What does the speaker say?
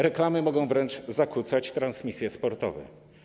Reklamy mogą wręcz zakłócać transmisje sportowe.